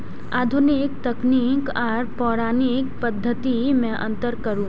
आधुनिक तकनीक आर पौराणिक पद्धति में अंतर करू?